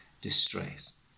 distress